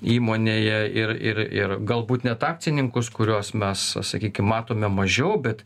įmonėje ir ir ir galbūt net akcininkus kuriuos mes sakykim matome mažiau bet